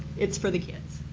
it's for the kids.